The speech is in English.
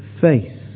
faith